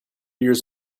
years